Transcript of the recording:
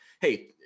hey